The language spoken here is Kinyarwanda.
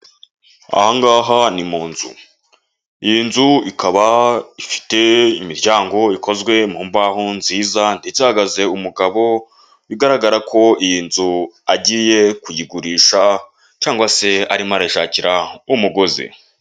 Aha ngaha ni mu nzu iyi nzu ikaba ifite imiryango ikozwe mu mbahoho nziza ndetse ihagaze umugabo bigaragara ko iyi nzu agiye kuyigurisha cyangwa se arimo arayishakira umugozi.